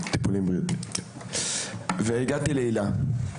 -- והגעתי להיל"ה.